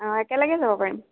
একেলগে যাব পাৰিম